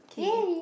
yay